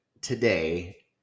today